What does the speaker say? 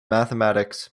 mathematics